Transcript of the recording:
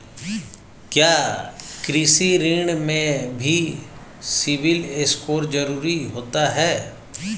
क्या कृषि ऋण में भी सिबिल स्कोर जरूरी होता है?